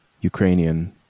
Ukrainian